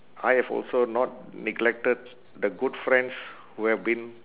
I have also not neglected the good friends who have been